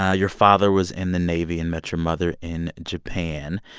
ah your father was in the navy and met your mother in japan.